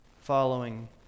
following